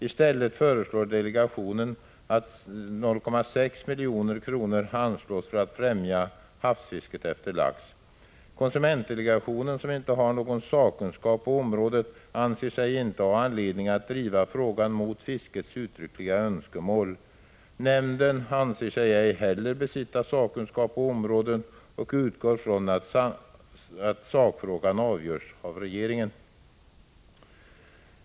I stället föreslår delegationen att 0,6 milj.kr. anslås för att främja havsfisket efter lax. Konsumentdelegationen, som inte har någon sakkunskap på området, anser sig inte ha anledning att driva frågan mot fiskets uttryckliga önskemål. Nämnden anser sig ej heller besitta sakkunskap på området och utgår från att sakfrågan avgörs av regeringen.